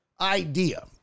idea